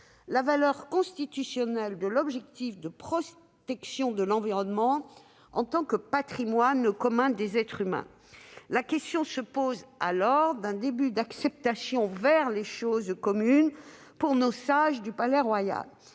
la valeur constitutionnelle de l'objectif de protection de l'environnement en tant que « patrimoine commun des êtres humains ». La question se pose alors d'un début d'acceptation des « choses communes » par nos sages du Palais-Royal.